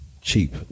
cheap